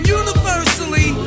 universally